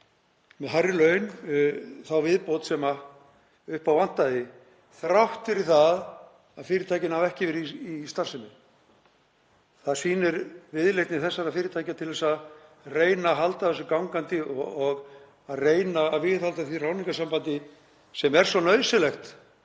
með hærri laun það sem upp á vantaði þrátt fyrir að fyrirtækin hafi ekki verið með starfsemi. Það sýnir viðleitni þessara fyrirtækja til að reyna að halda þessu gangandi og reyna að viðhalda því ráðningarsambandi sem er svo nauðsynlegt